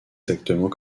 exactement